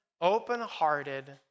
open-hearted